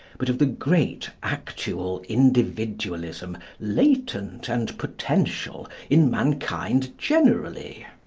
but of the great actual individualism latent and potential in mankind generally.